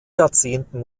jahrzehnten